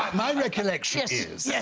my recollection is yes,